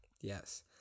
Yes